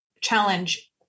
challenge